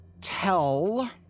tell